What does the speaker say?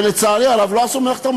ולצערי הרב לא עשו את מלאכתם,